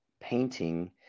painting